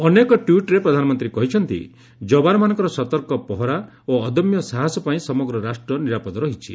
ଅନେକ ଟ୍ୱିଟ୍ରେ ପ୍ରଧାନମନ୍ତ୍ରୀ କହିଛନ୍ତି ଯବାନମାନଙ୍କର ସତର୍କ ପହରା ଓ ଅଦମ୍ୟ ସାହସ ପାଇଁ ସମଗ୍ର ରାଷ୍ଟ୍ର ନିରାପଦ ରହିଛି